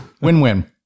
Win-win